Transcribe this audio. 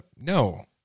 no